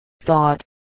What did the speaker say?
thought